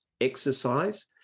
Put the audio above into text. exercise